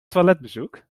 toiletbezoek